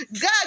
God